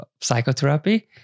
psychotherapy